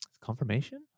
Confirmation